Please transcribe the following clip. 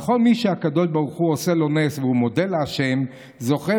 כל מי שהקדוש ברוך הוא עושה לו נס והוא מודה לה' זוכה,